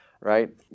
right